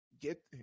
get